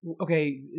okay